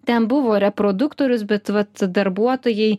ten buvo reproduktorius bet vat darbuotojai